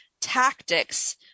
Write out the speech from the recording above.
tactics